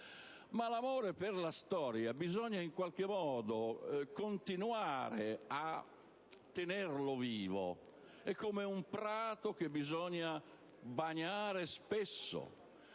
Ma l'amore per la storia bisogna in qualche modo continuare a tenere vivo, come un prato che bisogna innaffiare spesso.